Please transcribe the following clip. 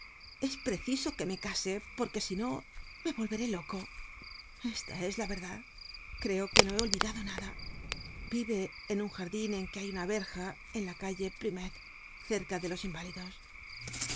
es preciso que me case porque si no me volveré loco esta es la verdad creo que no he olvidado nada vive en un jardin en que hay una verja en la calle plumet cerca de los inválidos